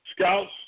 Scouts